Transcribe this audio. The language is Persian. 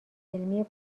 علمی